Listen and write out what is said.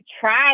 try